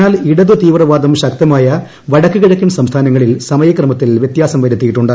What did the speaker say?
എന്നാൽ ഇടതു തീവ്രവാദം ശക്തമായു വടക്കു കിഴക്കൻ സംസ്ഥാനങ്ങളിൽ സമയക്രമത്തിൽ ഏറ്റ്യാ്സം വരുത്തിയിട്ടുണ്ട്